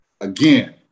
Again –